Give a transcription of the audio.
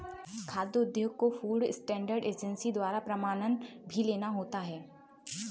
खाद्य उद्योगों को फूड स्टैंडर्ड एजेंसी द्वारा प्रमाणन भी लेना होता है